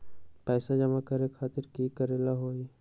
पैसा जमा करे खातीर की करेला होई?